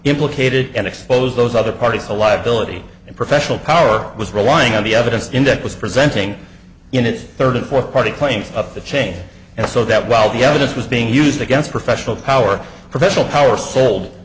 implicated and expose those other parties a liability and professional power was relying on the evidence in that was presenting in its third and fourth party claims up the chain and so that while the evidence was being used against professional power professional power sold